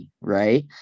Right